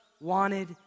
wanted